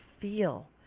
feel